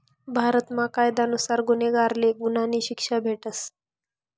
भारतमा कायदा नुसार गुन्हागारले गुन्हानी शिक्षा भेटस